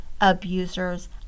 abusers